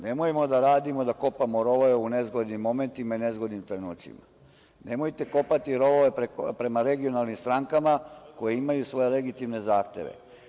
Nemojmo da radimo, da kopamo rovove u nezgodnim momentima i nezgodnim trenucima, nemojte kopati rovove prema regionalnim strankama, koje imaju svoje legitimne zahteve.